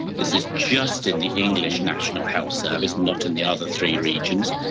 this is just in the english national health service, not in the other three regions,